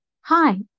hi